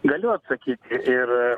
galiu atsakyti ir